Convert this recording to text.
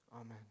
Amen